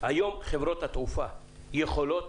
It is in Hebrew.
היום חברות התעופה יכולות